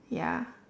ya